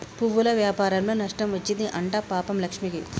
పువ్వుల వ్యాపారంలో నష్టం వచ్చింది అంట పాపం లక్ష్మికి